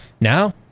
now